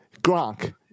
Gronk